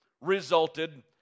resulted